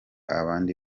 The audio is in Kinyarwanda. abandi